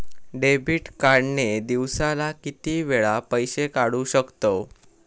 Debit card ने दिवसाला किती वेळा पैसे काढू शकतव?